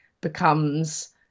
becomes